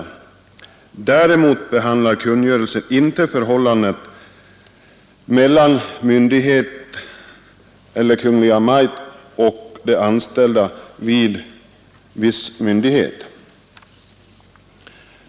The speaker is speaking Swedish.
Torsdagen den Däremot behandlar kungörelsen inte förhållandet mellan annan myn 26 april 1973 dighet eller Kungl. Maj:t och de anställda vid viss myndighet.